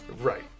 Right